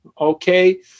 okay